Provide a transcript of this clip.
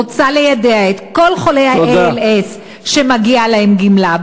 רוצה ליידע את כל חולי ה-ALS שמגיעה להם גמלה,